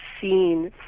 seen